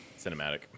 cinematic